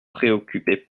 préoccupez